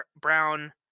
Brown